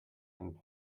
and